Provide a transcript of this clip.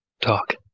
talk